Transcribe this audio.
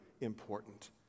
important